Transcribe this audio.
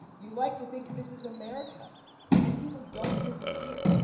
you like to think this is america and people don't disappear,